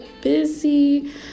busy